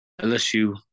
LSU